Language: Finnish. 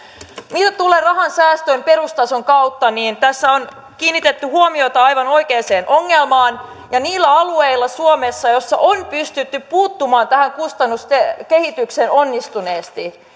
mitä tulee rahan säästöön perustason kautta niin tässä on kiinnitetty huomiota aivan oikeaan ongelmaan niillä alueilla suomessa joilla on pystytty puuttumaan tähän kustannuskehitykseen onnistuneesti